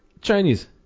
Chinese